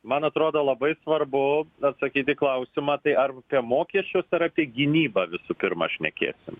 man atrodo labai svarbu atsakyt į klausimą tai ar apie mokesčius ar apie gynybą visų pirma šnekėsim